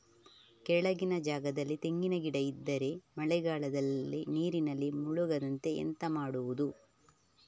ಕೆಳಗಿನ ಜಾಗದಲ್ಲಿ ತೆಂಗಿನ ಗಿಡ ಇದ್ದರೆ ಮಳೆಗಾಲದಲ್ಲಿ ನೀರಿನಲ್ಲಿ ಮುಳುಗದಂತೆ ಎಂತ ಮಾಡೋದು?